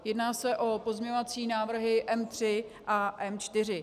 Jedná se o pozměňovací návrhy M3 a M4.